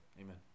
Amen